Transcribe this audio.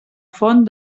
font